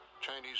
Chinese